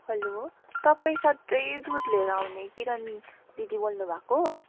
hello तपाईँ सधैँ दुध लिएर आउने किरण दिदी बोल्नुभएको